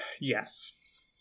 Yes